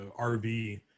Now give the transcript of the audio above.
RV